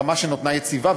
רמה שנותרה יציבה,